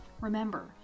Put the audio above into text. Remember